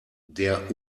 der